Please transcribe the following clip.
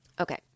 Okay